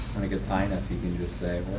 when it gets high enough, you can just say,